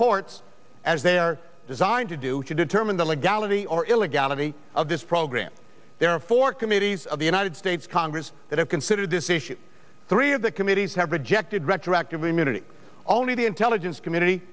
courts as they are designed to do can determine the legality or illegality of this program therefore committees of the united states congress that have considered this issue three of the committees have rejected retroactive immunity only the intelligence community